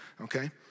okay